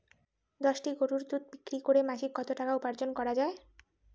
দশটি গরুর দুধ বিক্রি করে মাসিক কত টাকা উপার্জন করা য়ায়?